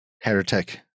Heretic